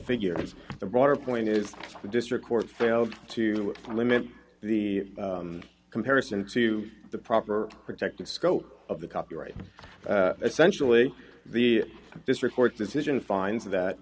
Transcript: figures the broader point is the district court failed to limit the comparison to the proper protective scope of the copyright essentially the district court decision finds that